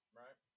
right